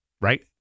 Right